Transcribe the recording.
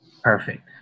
Perfect